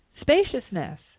spaciousness